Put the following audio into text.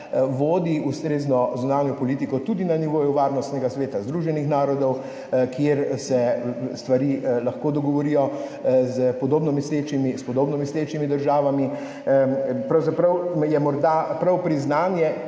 vodi ustrezno zunanjo politiko tudi na nivoju Varnostnega sveta Združenih narodov, kjer se stvari lahko dogovorijo s podobno mislečimi državami. Pravzaprav je morda prav priznanje,